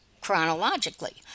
chronologically